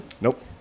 Nope